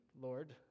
Lord